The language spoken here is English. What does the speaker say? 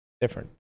Different